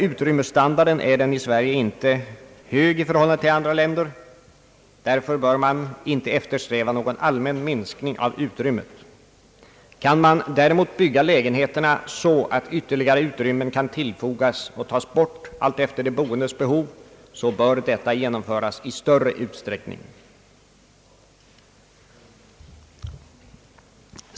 Utrymmesstandarden är i Sverige inte hög i förhållande till standarden i andra länder. Därför bör man inte eftersträva någon allmän minskning av utrymme. Kan man däremot bygga lä genheterna så att ytterligare utrymmen kan tillfogas och tas bort alltefter de boendes behov, så bör detta genomföras i större utsträckning.